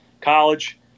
college